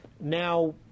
now